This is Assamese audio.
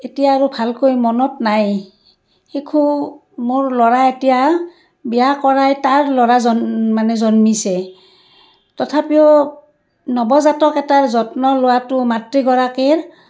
এতিয়া আৰু ভালকৈ মনত নাই শিশু মোৰ ল'ৰা এতিয়া বিয়া কৰাই তাৰ ল'ৰা জন্ মানে জন্মিছে তথাপিও নৱজাতক এটাৰ যত্ন লোৱাটো মাতৃগৰাকীৰ